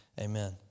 amen